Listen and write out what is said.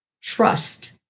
trust